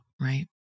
right